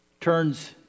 turns